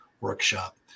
workshop